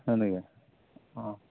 হয় নেকি